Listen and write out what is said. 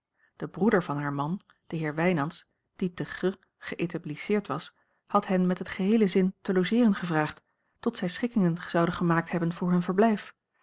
de broeder van haar man de heer wijnands die te gr geëtablisseerd was had hen met het geheele gezin te logeeren gevraagd tot zij schikkingen zouden gemaakt hebben voor hun verblijf